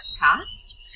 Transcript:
past